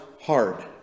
hard